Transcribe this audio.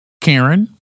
Karen